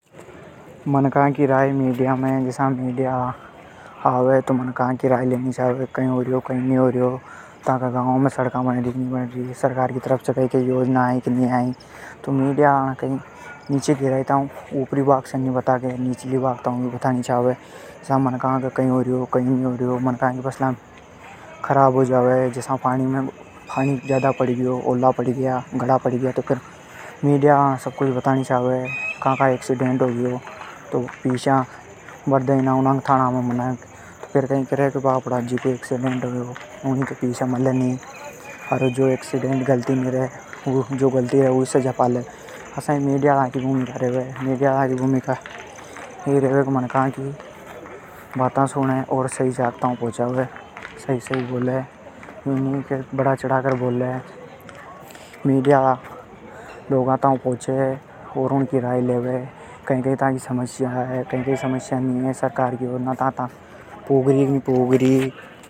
मनका की राय। जसा मीडिया हाला आवे तो मनका की राय लेनी छावे। कई होर्यो कई नी होर्यो थाका गांव में सड़क बण री के नी बण री। सरकार की तरफ से कई कई योजना आई के नी आयी। तो मीडिया हाला ने गहराई तक बताणी छावे। जसा फसल खराब हो जावे। पाणी ज्यादा पडग्यो, गड़ा पड़ग्या। मीडिया हाला ने सब कुछ बताणी छावे। कई कई एक्सीडेंट होग्यो। तो मीडिया हाला ने सब कुछ बता नी छावे। मीडिया हाला लोगा तक पहुंचे और उनकी राय लेवे।